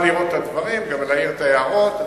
תוכל לראות את הדברים וגם להעיר הערות.